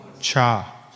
Cha